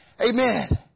Amen